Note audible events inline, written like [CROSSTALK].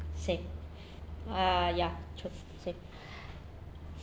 same ah ya true same [BREATH]